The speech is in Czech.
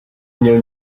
měl